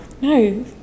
no